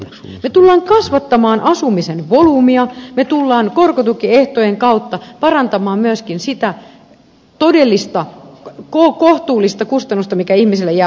me tulemme kasvattamaan asumisen volyymia me tulemme korkotukiehtojen kautta parantamaan myöskin sitä todellista kohtuullista kustannusta joka ihmisille jää asumisesta käteen